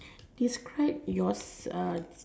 describe yours